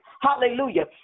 Hallelujah